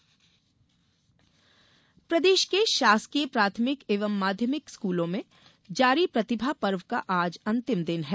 प्रतिभा पर्व प्रदेश के शासकीय प्राथमिक एवं माध्यमिक स्कूलों में जारी प्रतिभा पर्व का आज अंतिम दिन है